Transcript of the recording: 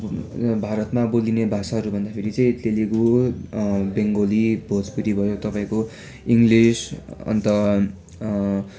भारतमा बोलिने भाषाहरू भन्दाखेरि चाहिँ तेलुगु बेङ्गली भोजपुरी भयो तपाईँको इङ्गलिस अन्त